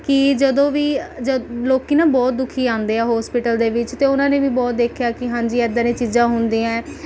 ਕਿ ਜਦੋਂ ਵੀ ਜਦ ਲੋਕ ਨਾ ਬਹੁਤ ਦੁਖੀ ਆਉਂਦੇ ਆ ਹੌਸਪੀਟਲ ਦੇ ਵਿੱਚ ਅਤੇ ਉਹਨਾਂ ਨੇ ਵੀ ਬਹੁਤ ਦੇਖਿਆ ਕਿ ਹਾਂਜੀ ਏਦਾਂ ਦੀਆਂ ਚੀਜ਼ਾਂ ਹੁੰਦੀਆਂ